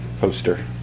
poster